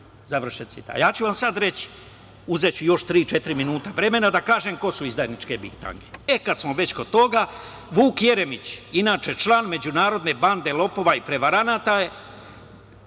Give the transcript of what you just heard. bitanga".Ja ću vam sad reći, uzeću još tri-četiri minuta vremena, da kažem ko su izdajničke bitange. E, kad smo već kod toga, Vuk Jeremić, inače član međunarodne bande lopova i prevaranata je